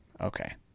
okay